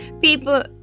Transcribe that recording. People